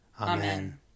Amen